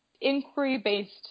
inquiry-based